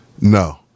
No